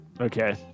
Okay